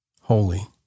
holy